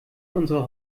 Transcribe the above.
unsere